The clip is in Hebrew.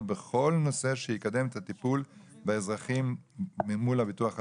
בכל נושא שיקדם את הטיפול באזרחים מול הביטוח הלאומי,